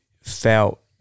felt